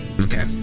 okay